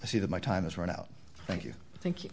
i see that my time has run out thank you thank you